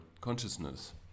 consciousness